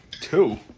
Two